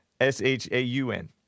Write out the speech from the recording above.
S-H-A-U-N